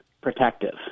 protective